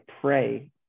pray